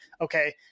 Okay